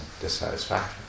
dissatisfaction